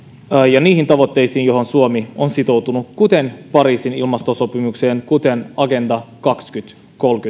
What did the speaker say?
ja niitä tavoitteita joihin suomi on sitoutunut kuten pariisin ilmastosopimukseen kuten agenda kaksituhattakolmekymmentä